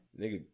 Nigga